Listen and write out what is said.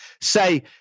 say